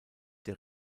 der